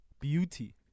beauty